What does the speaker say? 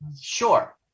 sure